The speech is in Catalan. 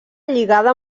lligada